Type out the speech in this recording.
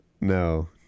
No